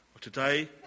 Today